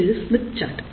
இது Smith chart